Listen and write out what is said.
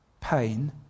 pain